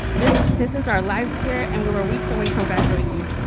this this is our lives here and we're we're weeks away from graduating.